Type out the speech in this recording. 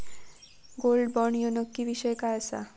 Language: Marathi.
गोल्ड बॉण्ड ह्यो नक्की विषय काय आसा?